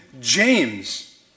James